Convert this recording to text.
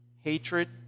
hatred